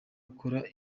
ikora